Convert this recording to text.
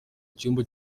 cyumba